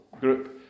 group